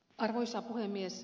arvoisa puhemies